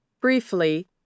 Briefly